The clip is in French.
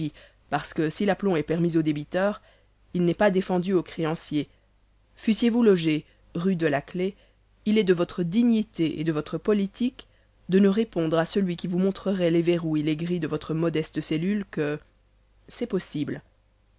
parce que si l'aplomb est permis aux débiteurs il n'est pas défendu aux créanciers fussiez-vous logé rue de la clef il est de votre dignité et de votre politique de ne répondre à celui qui vous montrerait les verroux et les grilles de votre modeste cellule que c'est possible